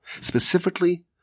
Specifically